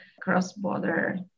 cross-border